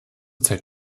zeit